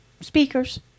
speakers